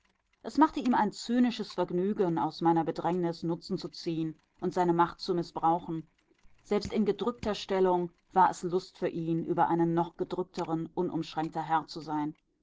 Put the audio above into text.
es machte ihm zynisches vergnügen aus meiner bedrängnis nutzen zu ziehen und seine macht zu mißbrauchen selbst in gedrückter stellung war es lust für ihn über einen noch gedrückteren unumschränkter herr zu sein